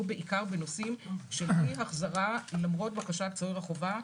בעיקר בנושאים של אי-החזרה למרות בקשת סוהר החובה,